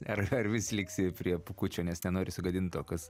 ar ar vis liksi prie pūkučio nes nenori sugadint to kas